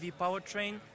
powertrain